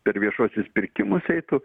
per viešuosius pirkimus eitų